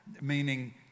meaning